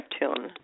Neptune